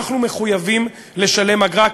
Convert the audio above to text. אנחנו מחויבים לשלם אגרה.